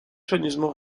soigneusement